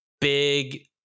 big